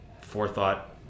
forethought